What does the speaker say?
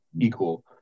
equal